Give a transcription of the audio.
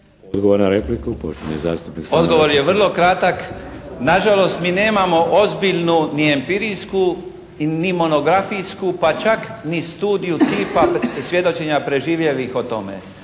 Odgovor je vrlo kratak. Nažalost mi nemamo ozbiljnu ni empirijsku ni monografijsku pa čak ni studiju tipa svjedočenja preživjelih o tome.